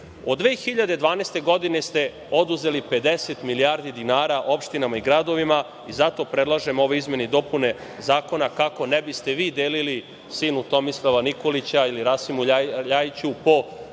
Od 2012. godine ste oduzeli 50 milijardi dinara opštinama i gradovima i zato predlažem ove izmene i dopune zakona kako ne biste vi delili sinu Tomislava Nikolića ili Rasimu LJajiću ni